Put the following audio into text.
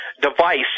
device